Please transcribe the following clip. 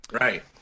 right